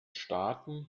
staaten